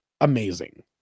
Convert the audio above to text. amazing